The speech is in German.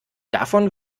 davon